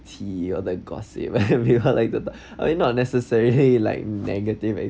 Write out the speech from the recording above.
tea or the gossip when we heard like the I mean not necessary like negative